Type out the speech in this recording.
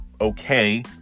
okay